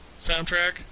soundtrack